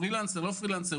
פרילנסר או לא פרילנסר,